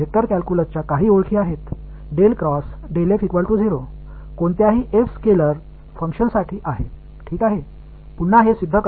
ஒரு வெக்டர் கால்குலஸுக்கு சில அடையாளங்கள் உள்ளன எந்த ஸ்கேலார் பங்க்ஷன்ஸ்ற்கும் அடையாளம் f ஆகும் இதை நிரூபிக்க மிக எளிய வழி உள்ளது